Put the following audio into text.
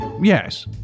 Yes